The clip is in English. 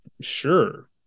Sure